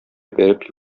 бәреп